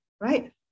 right